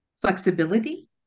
flexibility